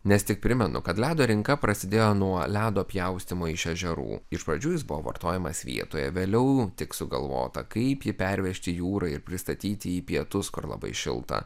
nes tik primenu kad ledo rinka prasidėjo nuo ledo pjaustymo iš ežerų iš pradžių jis buvo vartojamas vietoje vėliau tik sugalvota kaip jį pervežti jūra ir pristatyti į pietus kur labai šilta